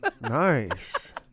Nice